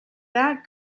that